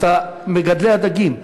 את מגדלי הדגים?